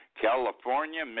California